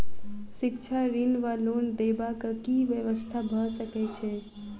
शिक्षा ऋण वा लोन देबाक की व्यवस्था भऽ सकै छै?